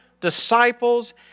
disciples